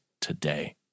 today